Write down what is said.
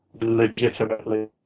legitimately